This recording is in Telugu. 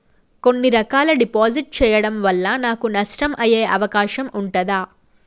కొన్ని రకాల డిపాజిట్ చెయ్యడం వల్ల నాకు నష్టం అయ్యే అవకాశం ఉంటదా?